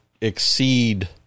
exceed